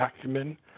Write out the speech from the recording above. acumen